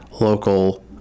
local